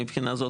מבחינה זו,